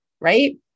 right